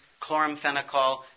chloramphenicol